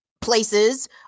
places